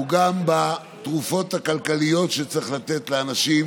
הוא גם בתרופות הכלכליות שצריך לתת לאנשים